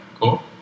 Cool